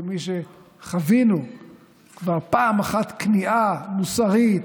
כמי שחווינו כבר פעם אחת כניעה מוסרית